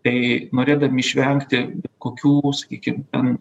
tai norėdami išvengti kokių sakykim ten